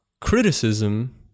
Criticism